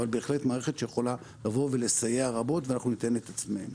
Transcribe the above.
אבל בהחלט מערכת שיכולה לסייע רבות ואנחנו ניתן את עצמנו.